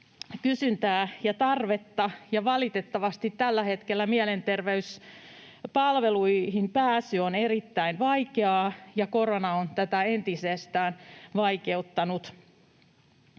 kysyntää ja tarvetta. Valitettavasti tällä hetkellä mielenterveyspalveluihin pääsy on erittäin vaikeaa, ja korona on tätä entisestään vaikeuttanut.